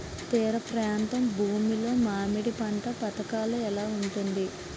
తీర ప్రాంత భూమి లో మామిడి పంట పథకాల ఎలా ఉంటుంది?